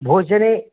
भोजने